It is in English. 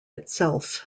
itself